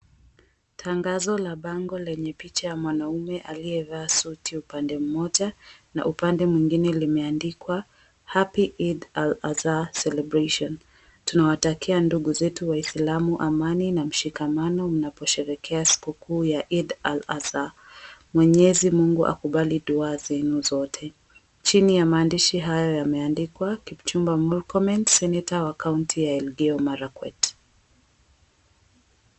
Tangazo la bango lenye picha ya mwanaume aliyevaa suti upande mmoja na upande mwingine limeandikwa "Happy Idd Al-Azah celebration . Tunawatakia ndugu zetu waislamu amani na mshikamano mnaposherehekea siku kuu ya Idd Al-Azah . Mwenyezi Mungu akubali dua zenu zote." Chini ya maandishi hayo yameandikwa Kipchumba Murkomen, seneta wa kaunti ya Elgeyo Marakwet.